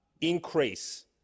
increase